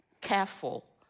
careful